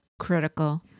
critical